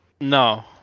No